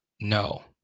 no